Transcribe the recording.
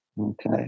Okay